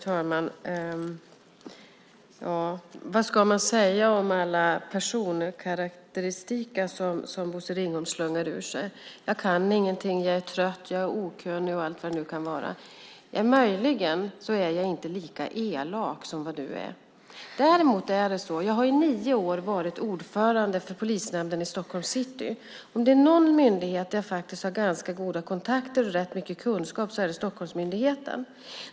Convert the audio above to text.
Herr talman! Vad ska man säga om alla personkarakteristika som Bosse Ringholm slungar ur sig? Jag kan ingenting, jag är trött, jag är okunnig och allt vad det nu kan vara. Möjligen är jag inte lika elak som du är. Jag har i nio år varit ordförande för polisnämnden i Stockholms city. Om det är någon myndighet som jag faktiskt har ganska goda kontakter med och rätt mycket kunskap om så är det Stockholmsmyndigheten.